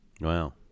Wow